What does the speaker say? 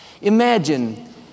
Imagine